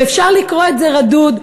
ואפשר לקרוא את זה רדוד,